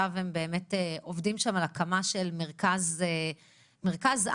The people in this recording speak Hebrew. הם עובדים עכשיו על הקמה של מרכז על